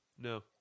No